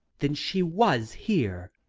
then she was here?